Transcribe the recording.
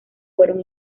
fueron